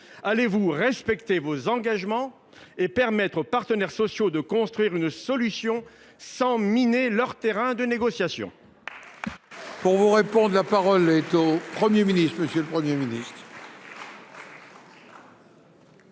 allez vous respecter vos engagements et laisser les partenaires sociaux construire une solution, sans miner le terrain des négociations ?